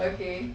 ya